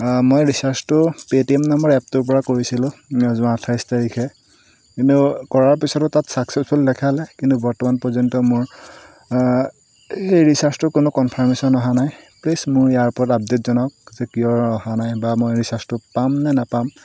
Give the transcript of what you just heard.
মই ৰিচাৰ্জটো পেটিএম নামৰ এপটোৰপৰা কৰিছিলোঁ যোৱা আঠাইছ তাৰিখে এনেও কৰাৰ পিছতো তাত চাকচেচফুল দেখালে কিন্তু বৰ্তমান পৰ্যন্ত মোৰ এই ৰিচাৰ্জটোৰ কোনো কনফাৰ্মেশ্যন অহা নাই প্লিজ মোক ইয়াৰ ওপৰত আপডেট জনাওঁক যে কিয় অহা নাই বা মই ৰিচাৰ্জটো পাম নে নাপাম